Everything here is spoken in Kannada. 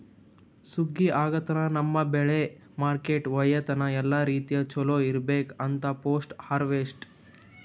ಸುಗ್ಗಿ ಆಗನ ನಮ್ಮ್ ಬೆಳಿ ಮಾರ್ಕೆಟ್ಕ ಒಯ್ಯತನ ಎಲ್ಲಾ ರೀತಿ ಚೊಲೋ ಇರ್ಬೇಕು ಅಂತದ್ ಪೋಸ್ಟ್ ಹಾರ್ವೆಸ್ಟ್